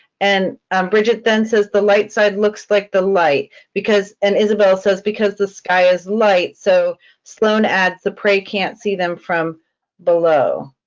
and bridget then says the light side looks like the light because. and isabel says because the sky is light. so sloan adds, the prey can't see them from below.